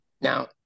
Now